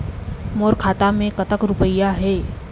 मोर खाता मैं कतक रुपया हे?